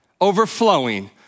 overflowing